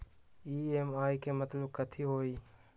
EMI के मतलब कथी होई?